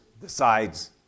decides